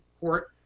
Port